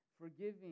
forgiving